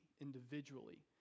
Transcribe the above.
individually